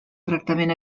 tractament